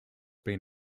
been